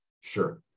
Sure